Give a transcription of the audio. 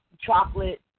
chocolate